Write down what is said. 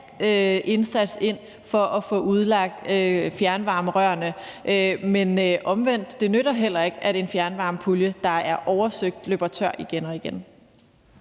indsats ind for at få udlagt fjernvarmerørene. Men omvendt nytter det heller ikke, at en fjernvarmepulje, der er oversøgt, løber tør igen og igen.